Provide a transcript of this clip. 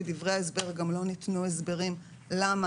בדברי ההסבר גם לא ניתנו הסברים למה